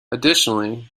additionally